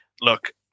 look